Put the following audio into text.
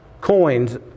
coins